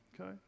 Okay